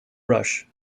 brush